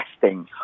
testing